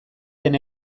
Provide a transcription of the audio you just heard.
den